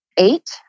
Eight